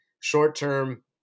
Short-term